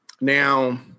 Now